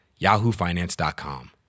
YahooFinance.com